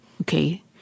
okay